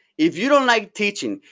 if you don't like teaching,